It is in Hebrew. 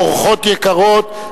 אורחות יקרות,